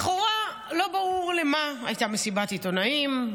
לכאורה, לא ברור למה הייתה מסיבת עיתונאים.